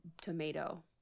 tomato